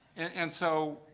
and so,